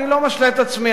אני לא משלה את עצמי,